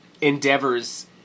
endeavors